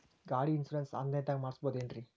ಗಾಡಿ insurance online ದಾಗ ಮಾಡಸ್ಬಹುದೆನ್ರಿ?